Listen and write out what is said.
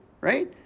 right